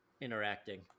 interacting